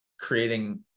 creating